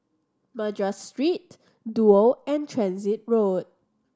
Madras Street Duo and Transit Road